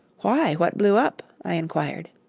why, what blew up? i inquired.